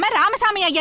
but ramasammy! yeah